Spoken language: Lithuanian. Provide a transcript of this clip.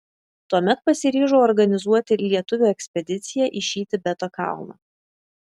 tuomet pasiryžau organizuoti lietuvių ekspediciją į šį tibeto kalną